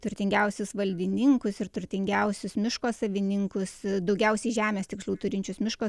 turtingiausius valdininkus ir turtingiausius miško savininkus daugiausiai žemės tiksliau turinčius miško